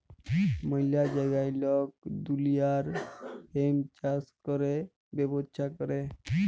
ম্যালা জাগায় লক দুলিয়ার হেম্প চাষ ক্যরে ব্যবচ্ছা ক্যরে